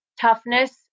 toughness